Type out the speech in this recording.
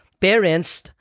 parents